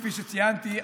וכפי שציינתי,